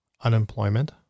unemployment